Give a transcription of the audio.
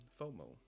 FOMO